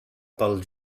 pel